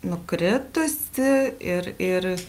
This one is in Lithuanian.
nukritusi ir ir